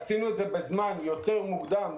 עשינו את זה בזמן מוקדם יותר,